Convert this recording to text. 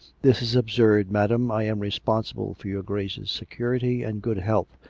this is absurd, madam. i am responsible for your grace's security and good health.